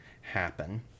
happen